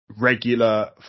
Regular